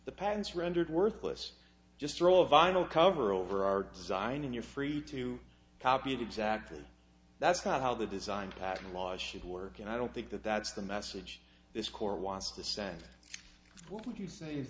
the patents rendered worthless just draw a vinyl cover over our design and you're free to copy to exactly that's not how the design pattern laws should work and i don't think that that's the message this court wants to send what would you say